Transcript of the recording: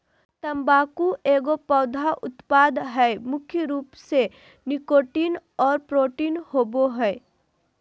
तम्बाकू एगो पौधा उत्पाद हइ मुख्य रूप से निकोटीन और प्रोटीन होबो हइ